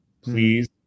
Please